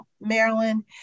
Maryland